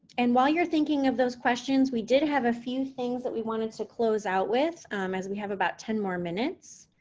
and while you're thinking of those questions, we did have a few things that we wanted to close out with as we have about ten more minutes.